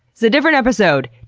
it's a different episode!